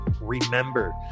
Remember